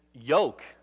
yoke